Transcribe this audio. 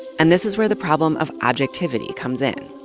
and this is where the problem of objectivity comes in.